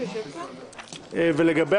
ולגבי